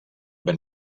been